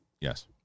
Yes